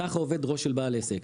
כך עובד ראש של בעל עסק.